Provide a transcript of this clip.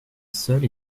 seule